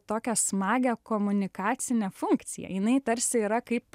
tokią smagią komunikacinę funkciją jinai tarsi yra kaip